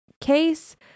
case